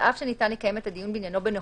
שעל אף שניתן לקיים את הדיון בעניינו בנוכחותו,